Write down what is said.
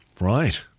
Right